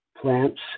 plants